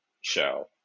show